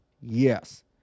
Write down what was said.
Yes